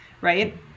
right